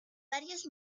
varios